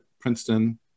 Princeton